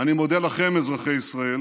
אני מודה לכם, אזרחי ישראל,